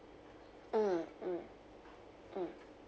mm mm mm